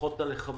ששולחות את הלחמים